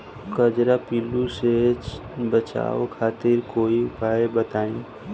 कजरा पिल्लू से बचाव खातिर कोई उपचार बताई?